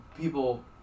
people